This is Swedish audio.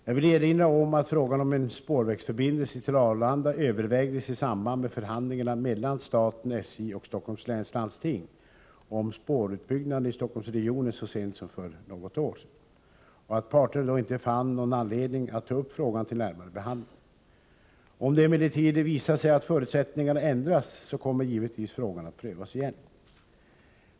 Jag vill erinra om att frågan om en spårförbindelse till Arlanda övervägdes i samband med förhandlingarna mellan staten, SJ och Stockholms läns landsting om spårutbyggnaden i Stockholmsregionen så sent som för något år sedan och att parterna då inte fann någon anledning att ta upp frågan till närmare behandling. Om det emellertid visar sig att förutsättningarna ändras så kommer givetvis frågan att prövas igen.